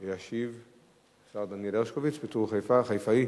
ישיב השר דניאל הרשקוביץ, בתור חיפאי.